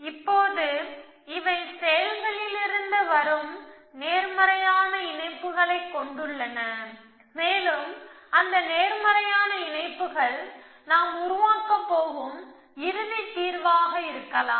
இப்போது இவை செயல்களிலிருந்து வரும் நேர்மறையான இணைப்புகளைக் கொண்டுள்ளன மேலும் அந்த நேர்மறையான இணைப்புகள் நாம் உருவாக்கப் போகும் இறுதி தீர்வாக இருக்கலாம்